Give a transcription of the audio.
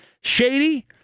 shady